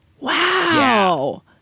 Wow